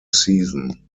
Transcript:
season